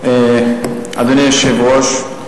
אדוני היושב-ראש,